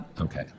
Okay